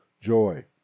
Joy